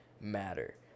matter